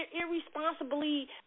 irresponsibly